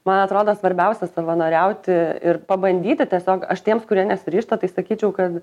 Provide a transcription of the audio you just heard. man atrodo svarbiausia savanoriauti ir pabandyti tiesiog aš tiems kurie nesiryžta tai sakyčiau kad